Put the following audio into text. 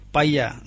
Paya